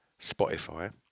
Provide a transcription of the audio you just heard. Spotify